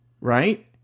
right